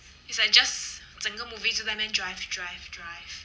is like just 整个 movie 就在那边 drive drive drive